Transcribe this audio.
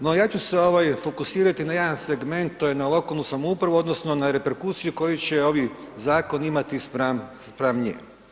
No, ja ću se ovaj fokusirati na jedan segment, to je na lokalnu samoupravu odnosno na reperkusiju koju će ovi zakon imati spram, spram nje.